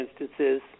instances